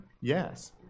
Yes